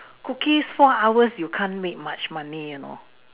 cookies four hours you can't make much money you know